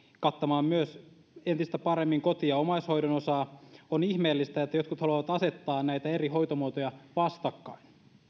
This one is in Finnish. kattamaan myös entistä paremmin koti ja omaishoidon osaa on ihmeellistä että jotkut haluavat asettaa näitä eri hoitomuotoja vastakkain